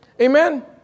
Amen